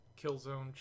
killzone